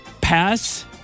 Pass